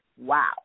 Wow